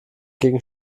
gegen